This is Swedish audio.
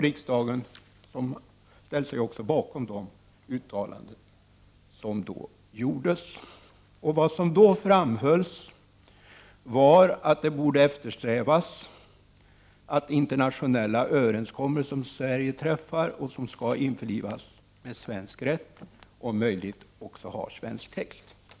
Riksdagen ställde sig bakom de uttalanden som då gjordes. Det framhölls då att det borde eftersträvas att internationella överenskommelser som Sverige träffar och som skall införlivas med svensk rätt om möjligt också skall ha svensk text.